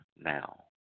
now